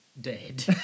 dead